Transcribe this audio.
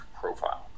profile